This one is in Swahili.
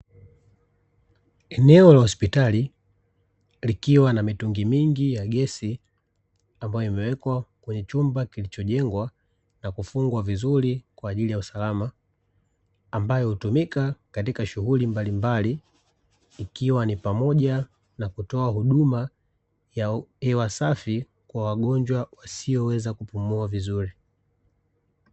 Eneo la hospitali, likiwa na mitungi mingi ya gesi ambayo imewekwa kwenye chumba kilichojengwa na kufungwa vizuri kwa ajili ya usalama, ambayo hutumika katika shughuli mbalimbali ikiwa ni pamoja na kutoa huduma ya hewa safi kwa wagonjwa wasioweza kupumua vizuri.